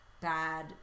bad